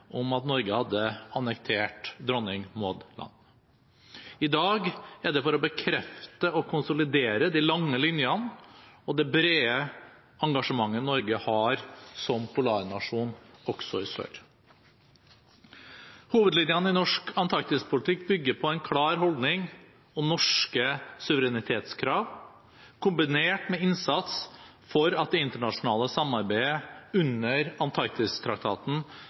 om at Norge hadde annektert Dronning Maud land. I dag er det for å bekrefte og konsolidere de lange linjene og det brede engasjementet Norge har som polarnasjon også i sør. Hovedlinjene i norsk antarktispolitikk bygger på en klar holdning om norske suverenitetskrav, kombinert med innsats for at det internasjonale samarbeidet under Antarktistraktaten